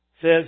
says